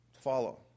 follow